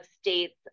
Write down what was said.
states